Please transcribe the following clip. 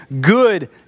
good